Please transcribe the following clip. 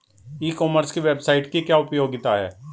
ई commerce की website की क्या उपयोगिता है?